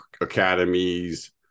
academies